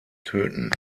töten